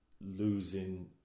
losing